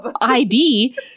ID